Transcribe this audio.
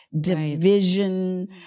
division